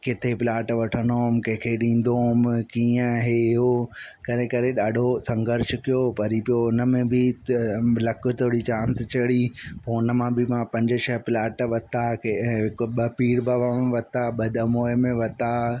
किथे प्लॉट वठंदो हुुउमि केंखे ॾींदो हुउमि कीअं इहे उहो करे करे ॾाढो संघर्ष कयो वरी पोइ उन में बि त लक थोरी चांस चढ़ी पोइ उन मां बि मां पंज छह प्लॉट वरिता की ॿ पीर बाबा में वरिता ॿ दमोह में वता